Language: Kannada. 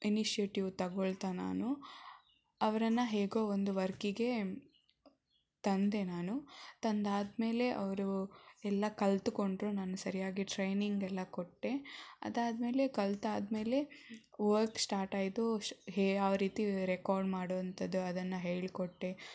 ಇನಿಶಿಯೇಟಿವ್ ತೊಗೊಳ್ತಾ ನಾನು ಅವರನ್ನು ಹೇಗೋ ಒಂದು ವರ್ಕಿಗೆ ತಂದೆ ನಾನು ತಂದಾದ ಮೇಲೆ ಅವರು ಎಲ್ಲ ಕಲಿತುಕೊಂಡರು ನಾನು ಸರಿಯಾಗಿ ಟ್ರೈನಿಂಗ್ ಎಲ್ಲ ಕೊಟ್ಟೆ ಅದಾದ ಮೇಲೆ ಕಲಿತಾದ ಮೇಲೆ ವರ್ಕ್ ಸ್ಟಾರ್ಟ್ ಆಯಿತು ಶ್ ಹೆ ಯಾವ ರೀತಿ ರೆಕಾರ್ಡ್ ಮಾಡುವಂಥದ್ದು ಅದನ್ನು ಹೇಳಿಕೊಟ್ಟೆ